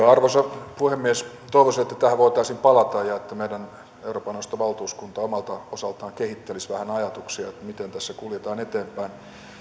arvoisa puhemies toivoisin että tähän voitaisiin palata ja että meidän euroopan neuvoston valtuuskunta omalta osaltaan kehittelisi vähän ajatuksia miten tässä kuljetaan eteenpäin